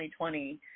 2020